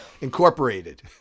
Incorporated